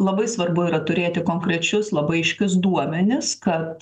labai svarbu yra turėti konkrečius labai aiškius duomenis kad